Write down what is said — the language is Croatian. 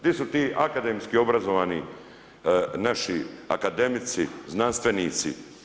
Di su ti akademski obrazovani naši akademici, znanstvenici.